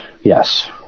Yes